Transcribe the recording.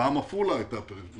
פעם עפולה היתה פריפריה.